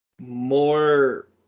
more